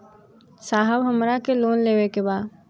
साहब हमरा के लोन लेवे के बा